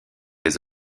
les